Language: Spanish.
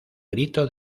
grito